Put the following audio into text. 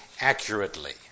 accurately